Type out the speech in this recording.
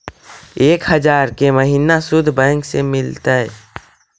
एक हजार के महिना शुद्ध बैंक से मिल तय?